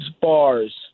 bars